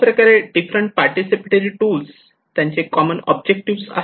अशाप्रकारे different participatory tools त्यांचे common objective आहे